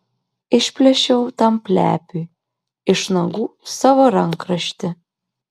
išplėšiau tam plepiui iš nagų savo rankraštį